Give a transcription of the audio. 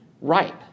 ripe